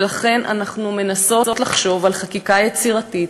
ולכן אנחנו מנסות לחשוב על חקיקה יצירתית,